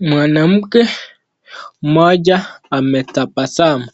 Mwanamke moja ametapasamu